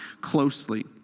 closely